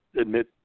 admit